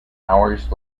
hours